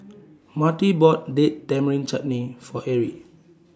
Marty bought Date Tamarind Chutney For Erie